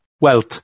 wealth